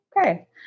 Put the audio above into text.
okay